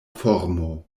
formo